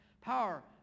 Power